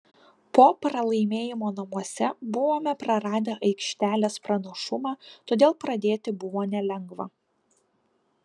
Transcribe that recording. po pralaimėjimo namuose buvome praradę aikštelės pranašumą todėl pradėti buvo nelengva